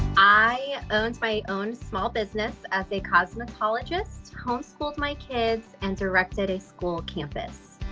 i owned my own small business as a cosmetologist, home schooled my kids and directed a school campus.